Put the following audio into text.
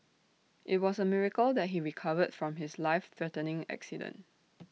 IT was A miracle that he recovered from his life threatening accident